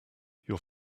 your